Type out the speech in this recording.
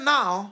now